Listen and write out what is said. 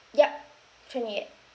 yup twenty eight